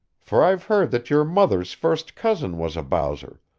for i've heard that your mother's first cousin was a bowser,